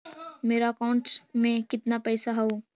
मेरा अकाउंटस में कितना पैसा हउ?